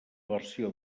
versió